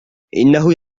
إنه